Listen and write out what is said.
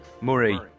Murray